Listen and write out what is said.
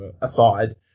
aside